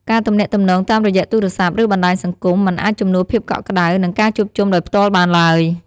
ការទំនាក់ទំនងតាមរយៈទូរសព្ទ ឬបណ្តាញសង្គម មិនអាចជំនួសភាពកក់ក្ដៅ និងការជួបជុំដោយផ្ទាល់បានឡើយ។